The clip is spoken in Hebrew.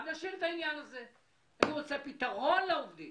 אני רוצה פתרון לעובדים.